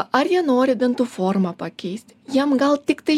ar jie nori dantų formą pakeisti jiem gal tiktai